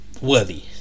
worthy